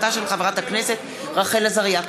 הצעתה של חברת הכנסת רחל עזריה.